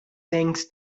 things